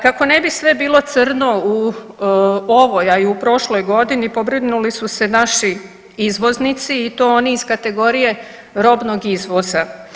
Kako ne bi sve bilo crno u ovoj, a i u prošloj godini pobrinuli su se naši izvoznici i to oni iz kategorije robnog izvoza.